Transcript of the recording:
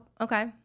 okay